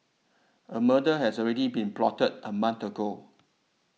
a murder had already been plotted a month ago